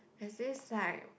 there's this like